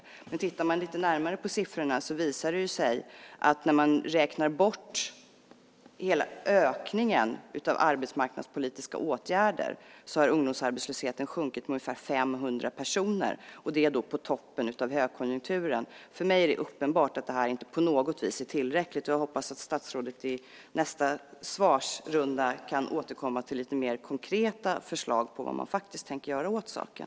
Vid en närmare titt på siffrorna visar det sig att när hela ökningen av arbetsmarknadspolitiska åtgärder räknas bort har ungdomsarbetslösheten sjunkit med ungefär 500 personer. Det är på toppen av högkonjunkturen. För mig är det uppenbart att det inte på något vis är tillräckligt. Jag hoppas att statsrådet i nästa svarsrunda kan återkomma till lite mer konkreta förslag på vad som ska göras åt saken.